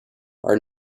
are